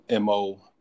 mo